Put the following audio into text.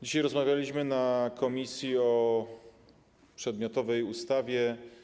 Dzisiaj rozmawialiśmy w komisji o przedmiotowej ustawie.